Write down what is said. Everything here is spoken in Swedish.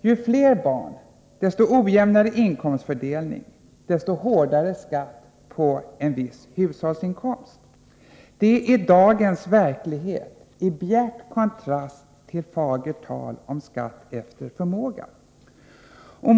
Ju fler barn, desto ojämnare inkomstfördelning och desto hårdare skatt på en viss hushållsinkomst. Det är dagens verklighet, i bjärt kontrast till fagert tal om skatt efter förmåga.